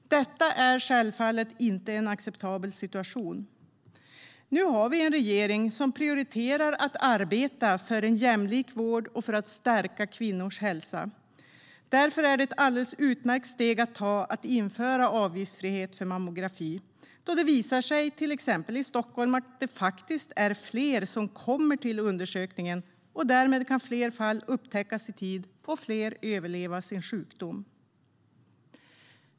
Detta är självfallet inte en acceptabel situation. Nu har vi en regering som prioriterar att arbeta för en jämlik vård och för att stärka kvinnors hälsa. Därför är det ett alldeles utmärkt steg att ta att införa avgiftsfrihet för mammografi. Det har visat sig, till exempel i Stockholm, att det faktiskt är fler som kommer till undersökningen. Därmed kan fler fall upptäckas i tid och fler överleva sin sjukdom.